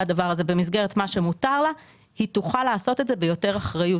הדבר הזה במסגרת מה שמותר לה היא תוכל לעשות את זה ביותר אחריות.